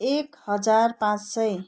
एक हजार पाँच सय